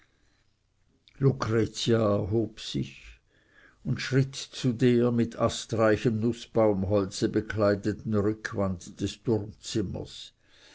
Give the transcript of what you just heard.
lucretia erhob sich und schritt zu der mit astreichem nußbaumholze bekleideten rückwand des turmzimmers